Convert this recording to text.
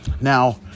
Now